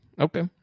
Okay